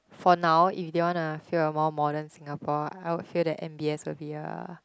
for now if they wanna feel a more modern Singapore I would feel that M_B_S would be a